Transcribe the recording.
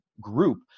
group